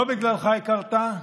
לא בגללך היא קרתה,